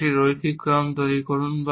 একটি রৈখিক ক্রম তৈরি করুন